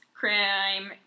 crime